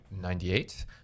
98